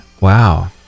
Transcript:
Wow